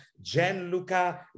Gianluca